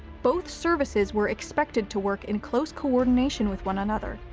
both services were expected to work in close coordination with one another,